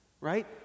Right